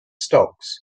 stocks